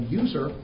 user